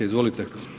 Izvolite.